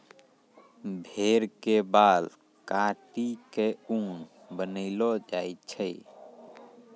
भेड़ के बाल काटी क ऊन बनैलो जाय छै